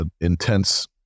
intense